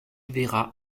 vera